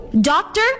Doctor